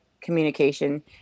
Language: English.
communication